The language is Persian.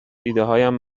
ایدههایم